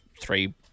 three